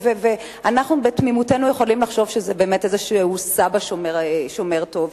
ואנחנו בתמימותנו יכולים לחשוב שזה באמת איזה סבא שומר טוב.